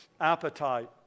appetite